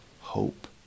hope